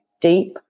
deep